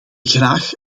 graag